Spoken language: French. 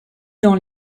dans